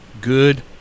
good